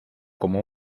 como